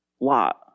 Lot